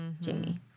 Jamie